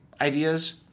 ideas